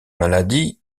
maladies